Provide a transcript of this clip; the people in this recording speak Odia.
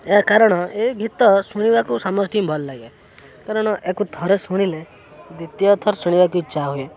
ଏହା କାରଣ ଏ ଗୀତ ଶୁଣିବାକୁ ସମସ୍ତିଙ୍କି ଭଲ ଲାଗେ କାରଣ ୟାକୁ ଥରେ ଶୁଣିଲେ ଦ୍ୱିତୀୟ ଥର ଶୁଣିବାକୁ ଇଚ୍ଛା ହୁଏ